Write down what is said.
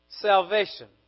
Salvation